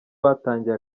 batangiye